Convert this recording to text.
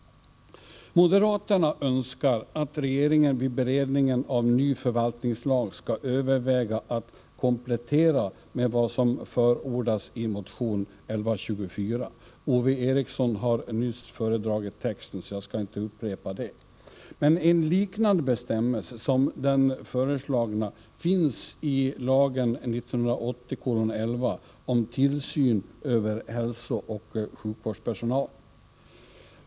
Moderaterna önskar att regeringen vid beredningen av ny förvaltningslag skall överväga att komplettera lagen med vad som förordas i motion 1124. Ove Eriksson har nyss föredragit texten, så jag skall inte upprepa detta. En bestämmelse liknande den föreslagna finns i lagen 1980:11 om tillsyn över hälsooch sjukvårdspersonalen.